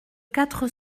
quatre